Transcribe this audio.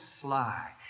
sly